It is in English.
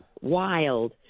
wild